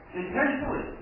intentionally